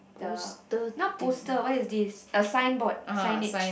the not poster what is this a signboard a signage